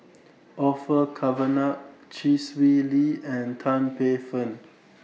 Orfeur Cavenagh Chee Swee Lee and Tan Paey Fern